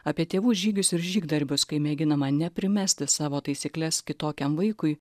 apie tėvų žygius ir žygdarbius kai mėginama neprimesti savo taisykles kitokiam vaikui